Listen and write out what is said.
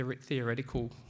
theoretical